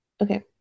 Okay